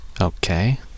Okay